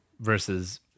versus